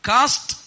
Cast